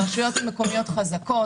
הרשויות המקומיות חזקות.